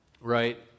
Right